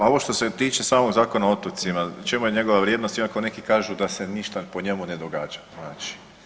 Ma ovo što se tiče samog Zakona o otocima, u čemu je njegova vrijednost iako neki kažu da se ništa po njemu ne događa znači.